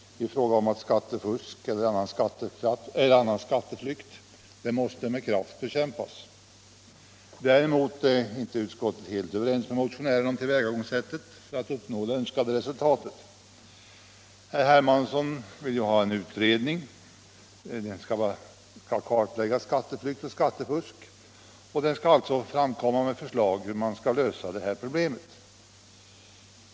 Skattefusk och skatteflykt måste med kraft bekämpas. Däremot är utskottet inte helt överens med motionärerna om tillvägagångssättet för att uppnå det önskade resultatet. Herr Hermansson vill ha en utredning som skall kartlägga skatteflykt och skattefusk och komma med förslag till lösningar på problemen.